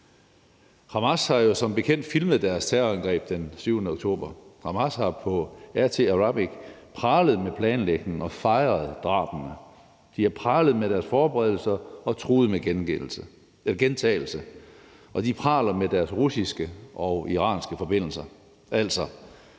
Hamas har jo som bekendt filmet deres terrorangreb den 7. oktober. Hamas har på RT Arabic pralet med planlægningen og fejret drabene, de har pralet med deres forberedelser og truet med gentagelse, og de praler med deres russiske og iranske forbindelser.